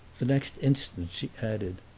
the next instant she added,